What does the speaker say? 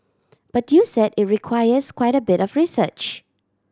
but you said it requires quite a bit of research